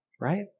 right